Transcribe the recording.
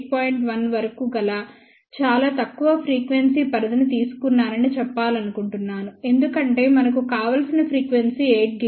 1 వరకు చాలా తక్కువ ఫ్రీక్వెన్సీ పరిధిని తీసుకున్నానని చెప్పాలనుకుంటున్నాను ఎందుకంటే మనకు కావలసిన ఫ్రీక్వెన్సీ 8 GHz